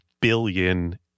billion